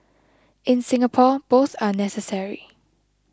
in Singapore both are necessary